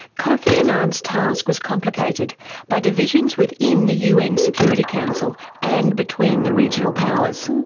kofi annan's task was complicated by divisions within the un security council and between the regional powers.